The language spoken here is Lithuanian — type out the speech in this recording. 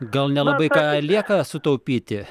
gal nelabai ką lieka sutaupyti